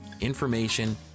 information